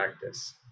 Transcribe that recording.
practice